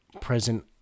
present